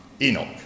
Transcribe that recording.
Enoch